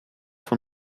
von